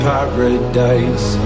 Paradise